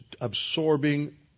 absorbing